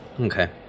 Okay